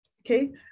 okay